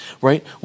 right